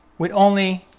with only,